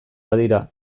badira